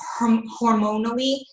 hormonally